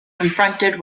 confronted